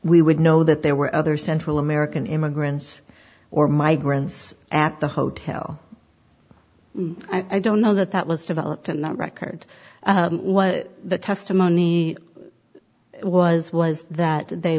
we would know that there were other central american immigrants or migrants at the hotel i don't know that that was developed in that record what the testimony was was that they